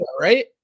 right